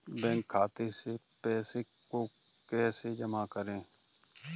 Bank खाते से पैसे को कैसे जमा करें?